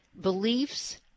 Beliefs